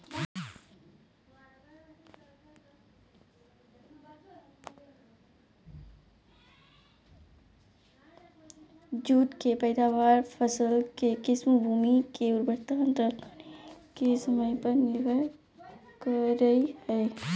जुट के पैदावार, फसल के किस्म, भूमि के उर्वरता अंतराल काटे के समय पर निर्भर करई हई